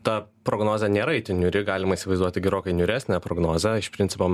ta prognozė nėra itin niūri galima įsivaizduoti gerokai niūresnę prognozę iš principo